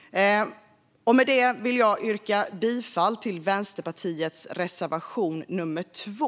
Med det vill jag yrka bifall till Vänsterpartiets reservation nummer 2.